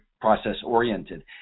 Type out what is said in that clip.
process-oriented